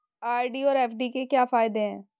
RD और FD के क्या फायदे हैं?